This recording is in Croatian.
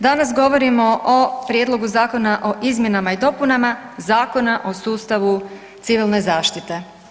Danas govorimo o Prijedlogu zakona o izmjenama i dopunama Zakona o sustavu civilne zaštite.